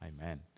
Amen